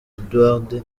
edouard